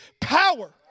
power